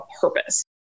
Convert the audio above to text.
purpose